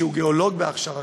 שהוא גיאולוג בהכשרתו,